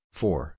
four